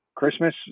Christmas